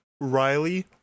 Riley